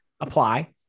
apply